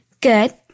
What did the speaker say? Good